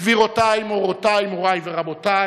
גבירותי, מורותי, מורי ורבותי,